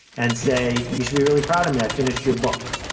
and say, you should be really proud of me i finished your book.